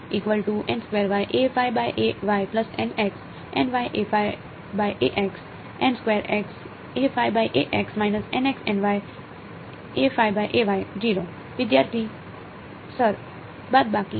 વિદ્યાર્થી સર બાદબાકી અને